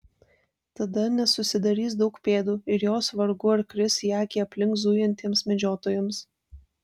tada nesusidarys daug pėdų ir jos vargu ar kris į akį aplink zujantiems medžiotojams